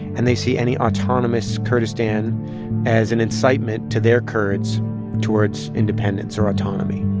and they see any autonomous kurdistan as an incitement to their kurds towards independence or autonomy